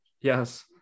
Yes